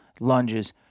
lunges